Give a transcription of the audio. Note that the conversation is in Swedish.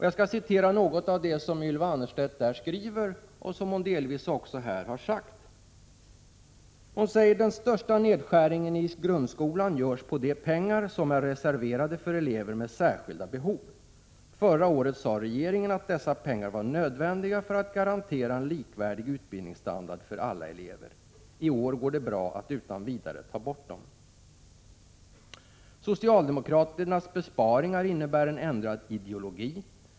Jag skall citera något av det som Ylva Annerstedt skriver i artikeln och som hon delvis också här har sagt. ”Den största nedskärningen i grundskolan görs på de pengar som är reserverade för elever med särskilda behov. Förra året sade regeringen att dessa pengar var nödvändiga för att garantera en likvärdig utbildningsstandard för alla elever. I år går det bra att utan vidare ta bort dem.” Längre ner i artikeln fortsätter hon: ”Socialdemokraternas besparingar innebar en ändrad ideologi.